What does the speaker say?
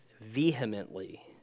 vehemently